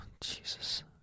Jesus